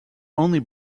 only